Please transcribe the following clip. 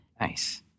Nice